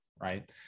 right